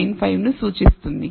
95 ను సూచిస్తుంది